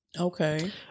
Okay